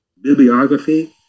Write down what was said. bibliography